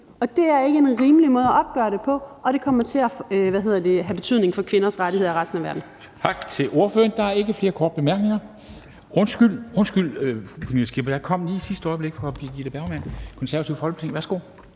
Det er ikke en rimelig måde at opgøre det på, og det kommer til at have betydning for kvinders rettigheder i resten af verden.